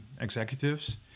executives